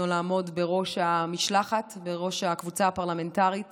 לעמוד בראש המשלחת וראש הקבוצה הפרלמנטרית